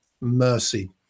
mercy